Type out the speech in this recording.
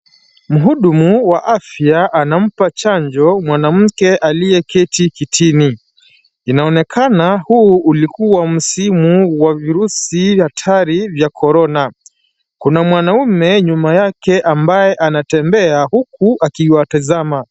Mhudumu wa afya anampa chanjo mwanamke aliyeketi kitini. Inaonekana huu ulikuwa msimu wa virusi hatari vya korona. Kuna mwanamume nyuma yake ambaye anatembea huku akiwatazama.